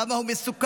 כמה הוא מסוכן,